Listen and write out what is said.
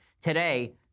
Today